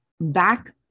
back